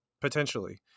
potentially